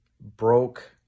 broke